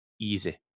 easy